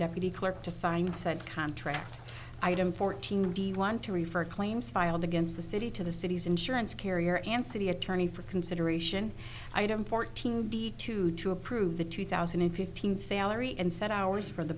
deputy clerk to sign said contract item fourteen d want to refer claims filed against the city to the city's insurance carrier and city attorney for consideration item fourteen d two to approve the two thousand and fifteen salary and set hours from the